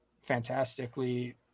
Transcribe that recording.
fantastically